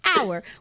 hour